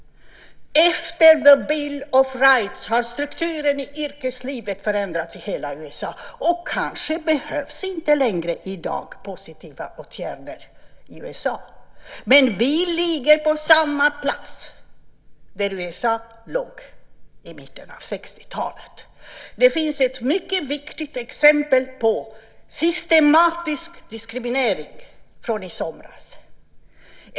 Efter införandet av Bill of Rights har strukturen i yrkeslivet förändrats i hela USA, och i dag behövs kanske inte längre positiva åtgärder där. Vi befinner oss på den plats där USA låg i mitten av 60-talet. Det finns ett mycket tydligt exempel på systematisk diskriminering från i somras.